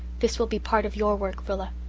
this will be part of your work, rilla.